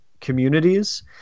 communities